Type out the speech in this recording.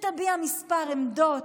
שתביע מספר עמדות.